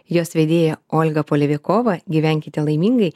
jos vedėja olga polevikova gyvenkite laimingai